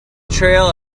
trail